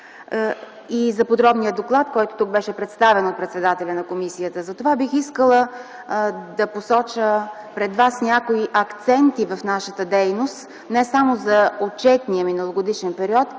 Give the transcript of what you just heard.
и за подробния доклад, който тук беше представен от председателя на комисията. Затова бих искала да посоча пред вас някои акценти в нашата дейност не само за отчетния миналогодишен период,